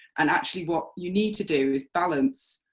and actually what you need to do is balance